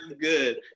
good